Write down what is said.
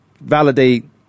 validate